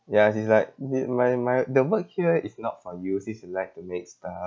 ya she's like need my my the work here is not for you since you like to make stuff